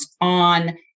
on